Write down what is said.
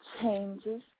changes